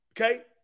Okay